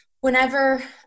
whenever